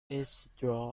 isidro